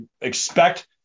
expect